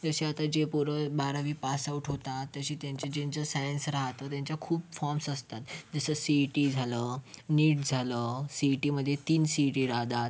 जसे आता जे पोरं बारावी पासआउट होतात तसे त्यांचे ज्यांचं सायन्स राहतं त्यांच्या खूप फॉर्म्स असतात जसं सी ई टी झालं नीट झालं सी ई टीमध्ये तीन सी ई टी राहतात